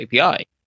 API